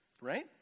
right